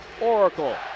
Oracle